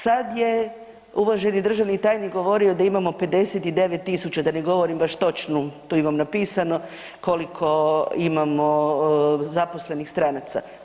Sad je uvaženi državni tajnik govorio da imamo 59 tisuća, da ne govorim baš točnu, tu imam napisano, koliko imamo zaposlenih stranaca.